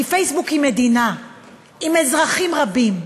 כי פייסבוק היא מדינה עם אזרחים רבים,